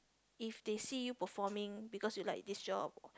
if they see you performing because you like this job